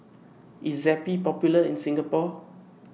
IS Zappy Popular in Singapore